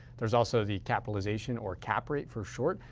there's also the capitalization or cap rate for short,